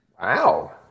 Wow